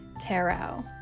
tarot